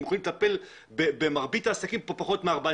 מוכנים לטפל במרבית העסקים בפחות מ-14.